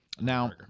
Now